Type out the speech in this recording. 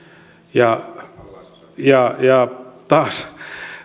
ja ja taas